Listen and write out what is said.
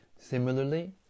Similarly